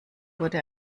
wurde